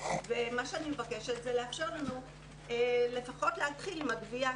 מה שאני מבקשת, לאפשר לנו לפחות להתחיל עם הגבייה.